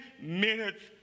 minutes